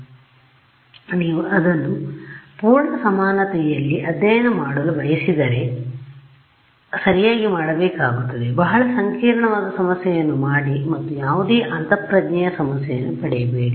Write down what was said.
ಆದ್ದರಿಂದ ನೀವು ಇದನ್ನು ಪೂರ್ಣ ಸಾಮಾನ್ಯತೆಯಲ್ಲಿ ಅಧ್ಯಯನ ಮಾಡಲು ಬಯಸಿದರೆ ನೀವು ಇದನ್ನು ಸರಿಯಾಗಿ ಮಾಡಬೇಕಾಗುತ್ತದೆಬಹಳ ಸಂಕೀರ್ಣವಾದ ಸಮಸ್ಯೆಯನ್ನು ಮಾಡಿ ಮತ್ತು ಯಾವುದೇ ಅಂತಃಪ್ರಜ್ಞೆಯಸಮಸ್ಯೆಯನ್ನು ಪಡೆಯಬೇಡಿ